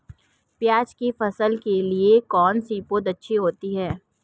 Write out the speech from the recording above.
प्याज़ की फसल के लिए कौनसी पौद अच्छी होती है?